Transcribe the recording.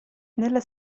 nella